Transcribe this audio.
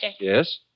Yes